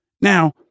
Now